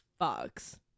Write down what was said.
fucks